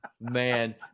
Man